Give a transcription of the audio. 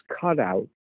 cutout